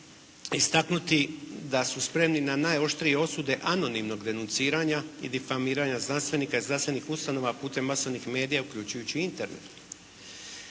istaknuti da su spremni na najoštrije osude anonimnog denunciranja i …/Govornik se ne razumije./… znanstvenika i znanstvenih ustanova putem masovnih medija uključujući Internet.